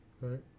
right